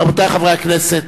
רבותי חברי הכנסת,